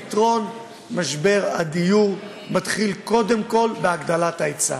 פתרון משבר הדיור מתחיל קודם כול בהגדלת ההיצע.